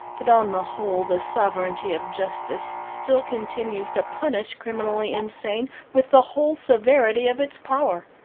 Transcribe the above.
but on the whole the sovereignty of justice still continues to punish criminally insane with the whole severity of its power.